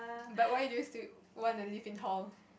but why do you still want to live in hall